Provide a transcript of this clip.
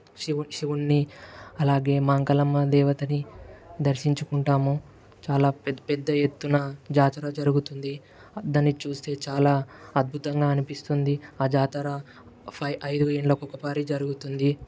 శివు శివున్ని అలాగే మాంకాలమ్మ దేవతని దర్శించుకుంటాము చాలా పెద్ద పెద్ద ఎత్తున జాతర జరుగుతుంది దాన్ని చూస్తే చాలా అద్భుతంగా అనిపిస్తుంది ఆ జాతర ఫైవ్ ఐదు ఏళ్ళకు ఒకసారి జరుగుతుంది